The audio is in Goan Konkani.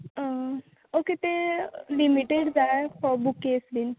ओके तें लिमीटेड जाय बुकेज बीन